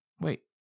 wait